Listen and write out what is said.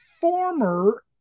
former